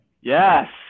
Yes